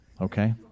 Okay